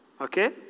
Okay